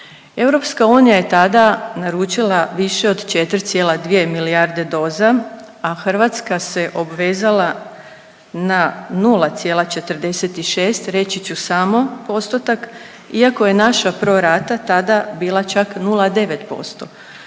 EU. EU je tada naručila više od 4,2 milijarde doza, a Hrvatska se obvezala na 0,46 reći ću samo postotak iako je naša pro rata bila čak 0,9%